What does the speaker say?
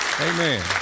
Amen